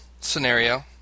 scenario